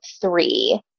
three